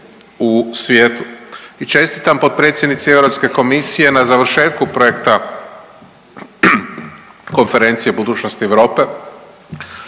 u svijetu. I čestitam potpredsjednici Europske komisije na završetku projekta Konferencije budućnosti Europe.